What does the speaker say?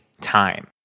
time